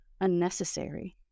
unnecessary